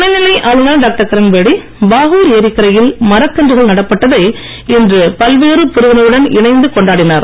துணைநிலை ஆளுநர் டாக்டர் கிரண்பேடி பாகூர் ஏரிக்கரையில் மரக்கன்றுகள் நடப்பட்டதை இன்று பல்வேறு பிரிவினருடன் இணைந்து கொண்டாடினார்